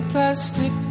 plastic